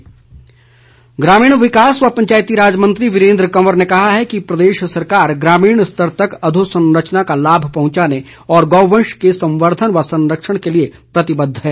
वीरेंद्र कंवर ग्रामीण विकास व पंचायतीराज मंत्री वीरेंद्र कंवर ने कहा है कि प्रदेश सरकार ग्रामीण स्तर तक अधोसंरचना का लाभ पहुंचाने और गौवंश के संवर्धन व संरक्षण के लिए प्रतिबद्ध है